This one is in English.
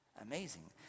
Amazing